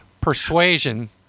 persuasion